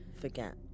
forget